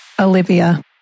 Olivia